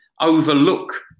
overlook